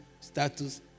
status